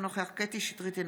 אינו נוכח קטי קטרין שטרית,